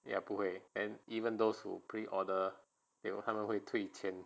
也不会 and even those who pre order they will 他们会退钱